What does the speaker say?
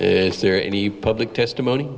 is there any public testimony